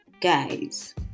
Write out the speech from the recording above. guys